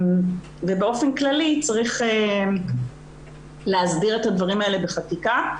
באופן כללי צריך להסדיר את הדברים האלה בחקיקה.